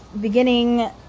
beginning